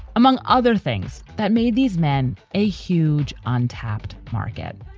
among other things, that made these men a huge untapped market